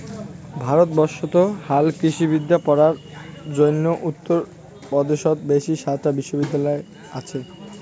ভারতবর্ষত হালকৃষিবিদ্যা পড়ার জইন্যে উত্তর পদেশত বেশি সাতটা বিশ্ববিদ্যালয় আচে